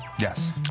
Yes